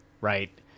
right